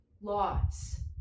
loss